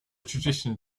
tradition